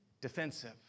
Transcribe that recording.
defensive